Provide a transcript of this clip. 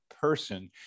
person